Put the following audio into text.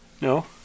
No